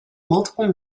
multiple